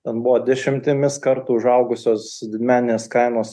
ten buvo dešimtimis kartų užaugusios didmeninės kainos